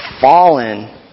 fallen